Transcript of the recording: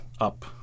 up